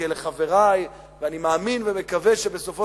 כי אלה חברי ואני מאמין ומקווה שבסופו